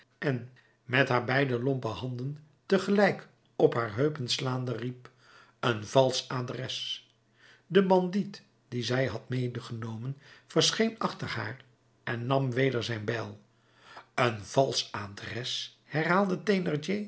en met haar beide lompe handen tegelijk op haar heupen slaande riep een valsch adres de bandiet dien zij had medegenomen verscheen achter haar en nam weder zijn bijl een valsch adres herhaalde